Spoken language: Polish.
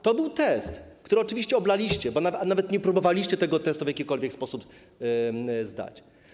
To był test, który oczywiście oblaliście, bo nawet nie próbowaliście tego testu w jakikolwiek sposób zdać.